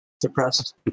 depressed